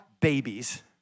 babies